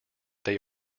they